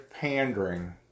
pandering